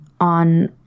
on